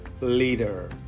leader